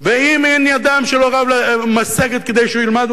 ואם אין ידם של הוריו משגת כדי שהוא ילמד,